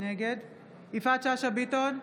נגד יפעת שאשא ביטון,